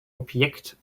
objekt